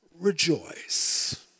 rejoice